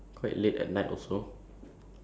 uh